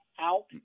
out